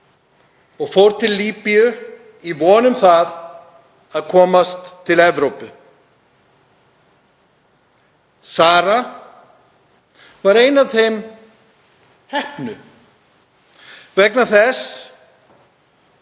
og fór til Líbíu í von um að komast til Evrópu. Sara er ein af þeim heppnu vegna þess